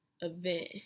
event